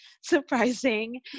surprising